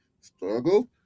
struggle